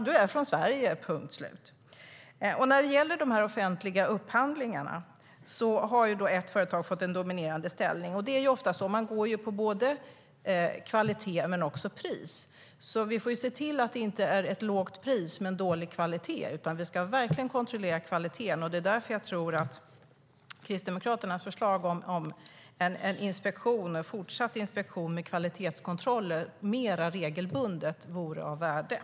Du är från Sverige, Morgan Johansson, punkt slut.